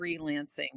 Freelancing